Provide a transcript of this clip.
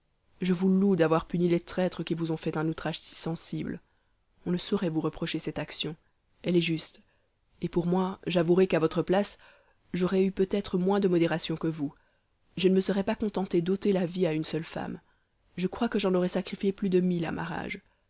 je vous loue d'avoir puni les traîtres qui vous ont fait un outrage si sensible on ne saurait vous reprocher cette action elle est juste et pour moi j'avouerai qu'à votre place j'aurais eu peut-être moins de modération que vous je ne me serais pas contenté d'ôter la vie à une seule femme je crois que j'en aurais sacrifié plus de mille